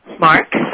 Mark